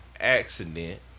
accident